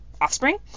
offspring